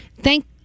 thank